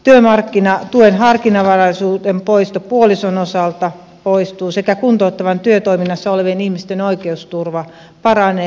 työmarkkinatuen harkinnanvaraisuuden poisto puolison osalta poistuu sekä kuntouttavassa työtoiminnassa olevien ihmisten oikeusturva paranee